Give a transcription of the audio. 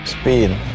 Speed